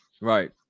Right